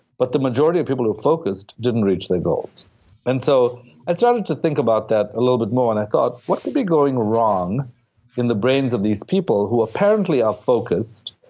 but the majority of people who focused didn't reach their goals and so i started to think about that a little bit more, and i thought what could be going wrong in the brains of these people who apparently are focused,